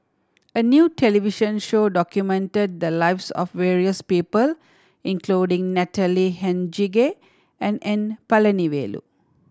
a new television show documented the lives of various people including Natalie Hennedige and N Palanivelu